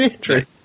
True